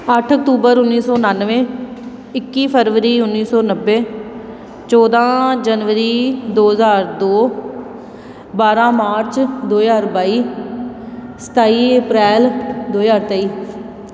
ਅੱਠ ਅਕਤੂਬਰ ਉੱਨੀ ਸੌ ਉਨਾਨਵੇਂ ਇੱਕੀ ਫਰਵਰੀ ਉੱਨੀ ਸੌ ਨੱਬੇ ਚੌਦਾਂ ਜਨਵਰੀ ਦੋ ਹਜ਼ਾਰ ਦੋ ਬਾਰਾਂ ਮਾਰਚ ਦੋ ਹਜ਼ਾਰ ਬਾਈ ਸਤਾਈ ਅਪ੍ਰੈਲ ਦੋ ਹਜ਼ਾਰ ਤੇਈ